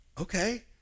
Okay